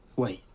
wait.